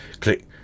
click